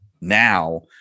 now